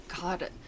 god